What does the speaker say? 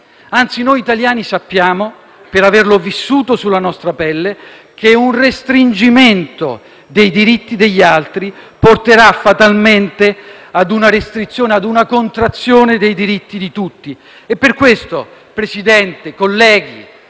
Anzi, noi italiani sappiamo, per averlo vissuto sulla nostra pelle, che un restringimento dei diritti degli altri porterà fatalmente a una restrizione e a una contrazione dei diritti di tutti.